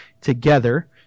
together